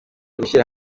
gushyira